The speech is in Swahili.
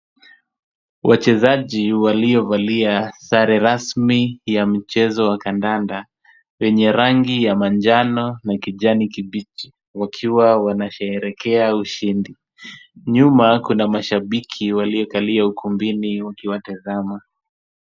Wachezaji waliovalia sare rasmi ya mchezo wa kandanda, wenye rangi ya manjano na kijani kibichi, wakiwa wanasherehekea ushindi. Nyuma kuna mashabiki waliokalia ukumbini wakiwatazama.